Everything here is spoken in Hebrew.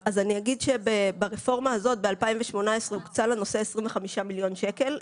אז אני אגיד שברפורמה הזאת ב-2018 הוקצו לנושא 25 מיליון שקלים.